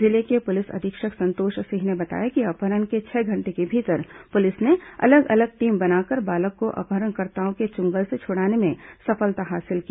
जिले के पुलिस अधीक्षक संतोष सिंह ने बताया कि अपहरण के छह घंटे के भीतर पुलिस ने अलग अलग टीम बनाकर बालक को अपहरणकर्ताओं के चंगुल से छुड़ाने में सफलता हासिल की